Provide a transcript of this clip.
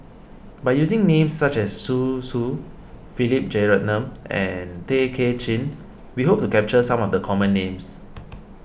by using names such as Zhu Xu Philip Jeyaretnam and Tay Kay Chin we hope to capture some of the common names